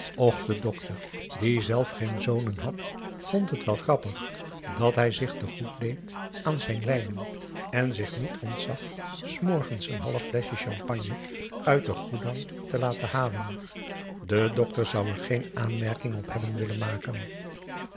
de dokter die zelf geen zonen had vond het wel grappig dat hij zich te goed deed aan zijn wijnen en zich niet ontzag s morgens een half fleschje champagne uit den g o e d a n g te laten halen de dokter zou er geen aanmerking op hebben willen maken